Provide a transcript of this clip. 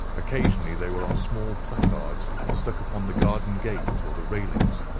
occasionally they were on small placards stuck upon the garden gate or the railings.